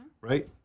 right